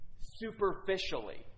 superficially